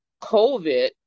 COVID